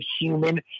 human